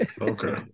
Okay